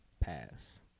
pass